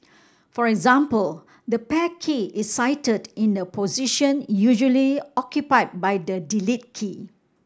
for example the Pair key is sited in the position usually occupied by the Delete key